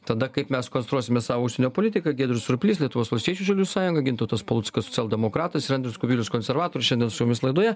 tada kaip mes konstruosime savo užsienio politiką giedrius surplys lietuvos valstiečių žaliųjų sąjunga gintautas paluckas socialdemokratas ir andrius kubilius konservatorius šiandien su mumis laidoje